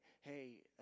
hey